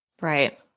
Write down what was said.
Right